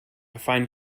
find